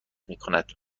میکند